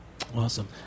Awesome